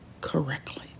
correctly